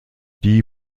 die